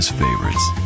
favorites